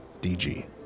DG